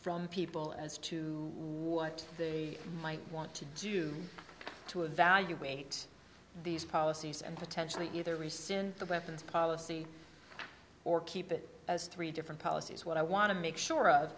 from people as to what they might want to do to evaluate these policies and potentially either rescind the battens policy or keep it as three different policies what i want to make sure